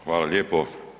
Hvala lijepo.